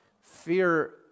Fear